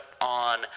on